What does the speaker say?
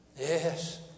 Yes